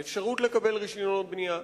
אין אפשרות לקבל רשיונות בנייה,